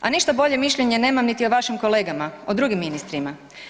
A ništa bolje mišljenje nemam niti o vašim kolegama, o drugim ministrima.